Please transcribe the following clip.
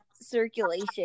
circulation